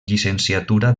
llicenciatura